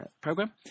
program